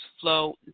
flow